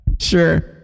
Sure